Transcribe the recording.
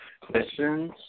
Questions